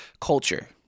culture